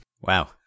Wow